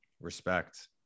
Respect